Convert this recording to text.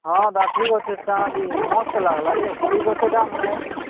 ହଁ ବା ଠିକ୍ ଅଛି ଚା' ବି ମସ୍ତ ଲାଗିଲା ଯେ ଠିକ୍ ଅଛି ତ ମୁଇଁ